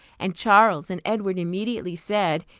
and charles and edward immediately said,